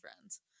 Friends